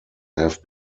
have